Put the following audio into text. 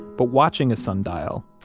but watching a sundial,